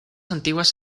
antiguas